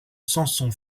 samson